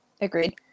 Agreed